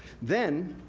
then,